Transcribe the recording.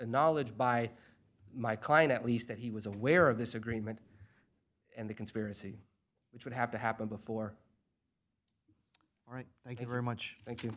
knowledge by my client at least that he was aware of this agreement and the conspiracy which would have to happen before all right thank you very much thank